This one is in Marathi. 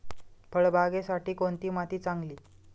फळबागेसाठी कोणती माती चांगली?